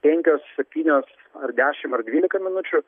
penkios septynios ar dešimt ar dvylika minučių